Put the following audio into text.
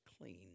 clean